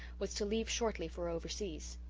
was to leave shortly for overseas.